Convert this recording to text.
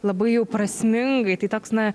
labai jau prasmingai tai toks na